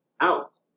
out